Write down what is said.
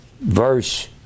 verse